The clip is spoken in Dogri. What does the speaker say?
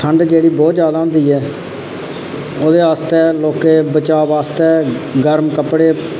ठंड जेह्ड़ी बहुत ज्यादा होंदी ऐ ओह्दे आस्तै लोकें बचाऽ आस्तै गर्म कपड़े